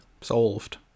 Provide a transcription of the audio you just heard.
solved